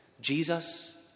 Jesus